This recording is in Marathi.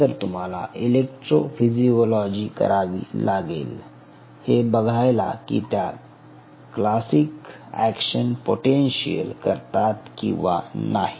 नंतर तुम्हाला इलेक्ट्रोफिजियोलॉजी करावी लागेल हे बघायला की त्या क्लासिक एक्शन पोटेन्शिअल करतात किंवा नाही